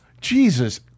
Jesus